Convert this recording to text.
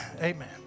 Amen